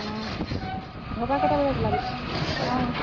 অঁ ঘৰৰ পৰা কেইটা বজাত ওলাবি অঁ